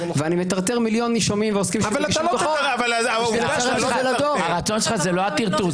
ואני מטרטר מיליון נישומים ועוסקים ש --- הרצון שלך זה לא הטרטור,